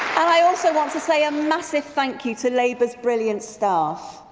i also want to say a massive thank you to labour's brilliant staff.